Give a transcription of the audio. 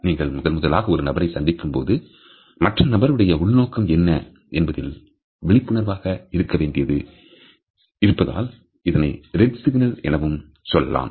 நீங்கள் முதல் முதலாக ஒரு நபரை சந்திக்கும் போது மற்ற நபருடைய உள் நோக்கம் என்ன என்பதில் விழிப்புணர்வாக இருக்க வேண்டியது இருப்பதால் இதனை ரெட் சிக்னல் எனவும் சொல்லலாம்